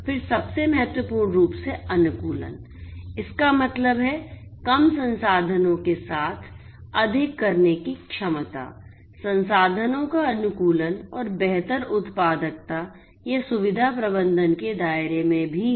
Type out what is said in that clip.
फिर सबसे महत्वपूर्ण रूप से अनुकूलन इसका मतलब है कम संसाधनों के साथ अधिक करने की क्षमता संसाधनों का अनुकूलन और बेहतर उत्पादकता यह सुविधा प्रबंधन के दायरे में भी है